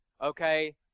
Okay